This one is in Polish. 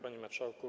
Panie Marszałku!